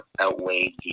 outweighed